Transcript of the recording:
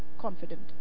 confident